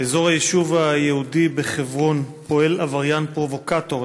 באזור היישוב היהודי בחברון פועל עבריין פרובוקטור,